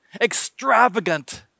extravagant